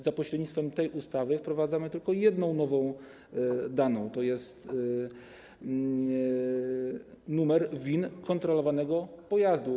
Za pośrednictwem tej ustawy wprowadzamy tylko jedną nową informację, tj. numer VIN kontrolowanego pojazdu.